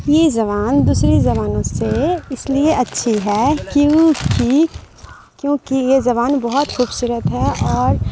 یہ زبان دوسری زبانوں سے اس لیے اچھی ہے کیونکہ کیونکہ یہ زبان بہت خوبصورت ہے اور